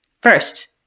First